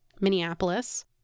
Minneapolis